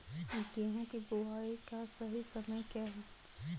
गेहूँ की बुआई का सही समय क्या है?